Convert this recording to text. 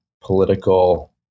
political